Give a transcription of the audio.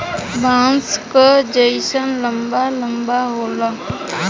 बाँस क जैसन लंबा लम्बा होला